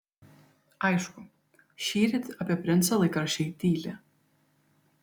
aišku šįryt apie princą laikraščiai tyli